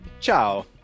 Ciao